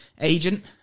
agent